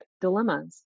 dilemmas